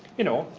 you know,